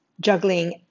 juggling